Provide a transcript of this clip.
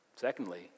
secondly